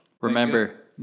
remember